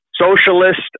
socialist